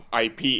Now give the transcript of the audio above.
IP